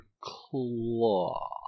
claw